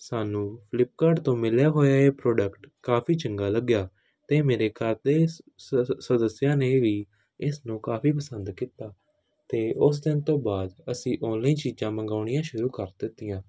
ਸਾਨੂੰ ਫਲਿੱਪਕਾਰਟ ਤੋਂ ਮਿਲਿਆ ਹੋਇਆ ਇਹ ਪ੍ਰੋਡਕਟ ਕਾਫੀ ਚੰਗਾ ਲੱਗਿਆ ਅਤੇ ਮੇਰੇ ਘਰ ਦੇ ਸਦੱਸਿਆ ਨੇ ਵੀ ਇਸ ਨੂੰ ਕਾਫੀ ਪਸੰਦ ਕੀਤਾ ਅਤੇ ਉਸ ਦਿਨ ਤੋਂ ਬਾਅਦ ਅਸੀਂ ਔਨਲਾਈਨ ਚੀਜ਼ਾਂ ਮੰਗਾਉਣੀਆਂ ਸ਼ੁਰੂ ਕਰ ਦਿੱਤੀਆਂ